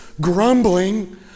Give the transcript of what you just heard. grumbling